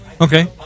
Okay